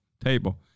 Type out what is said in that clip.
table